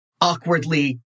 awkwardly